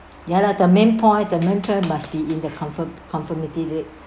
ya lah the main point the main point must be in the comfor~ conformity it